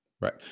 Right